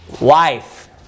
Wife